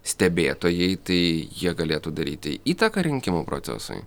stebėtojai tai jie galėtų daryti įtaką rinkimų procesui